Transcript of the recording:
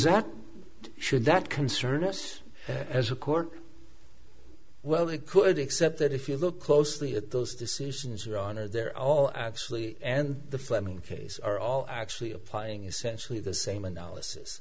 that should that concern us as a court well it could except that if you look closely at those decisions your honor they're all actually and the fleming case are all actually applying essentially the same analysis